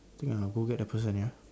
think I'll go get the person ya